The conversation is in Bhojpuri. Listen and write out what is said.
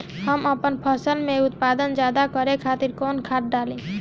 हम आपन फसल में उत्पादन ज्यदा करे खातिर कौन खाद डाली?